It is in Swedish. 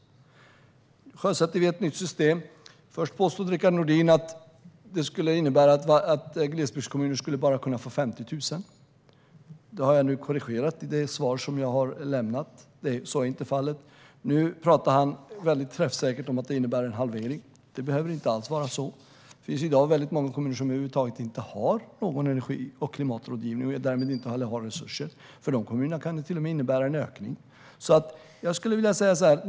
Vi sjösätter nu ett nytt system. Rickard Nordin påstod att det skulle innebära att glesbygdskommuner bara skulle få 50 000 kronor. Det har jag nu korrigerat i det svar som jag har lämnat. Så är inte fallet. Rickard Nordin säger att det innebär en halvering, men det behöver inte alls vara så. Det finns i dag många kommuner som över huvud taget inte har någon energi och klimatrådgivning och därmed inte har några resurser. För dessa kommuner kan detta till och med innebära en ökning.